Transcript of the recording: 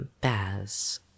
Baz